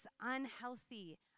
unhealthy